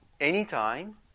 anytime